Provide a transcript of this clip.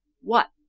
what?